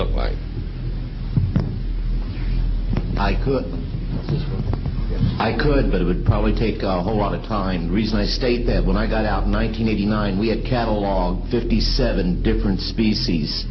look like i could i could but it would probably take a whole lot of time and reason i stayed there when i got out nine hundred eighty nine we have catalogued fifty seven different species